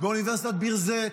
באוניברסיטת ביר זית,